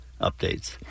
updates